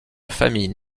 famille